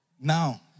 Now